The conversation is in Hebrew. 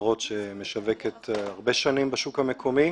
החברות שמשווקת הרבה שנים בשוק המקומי.